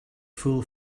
fool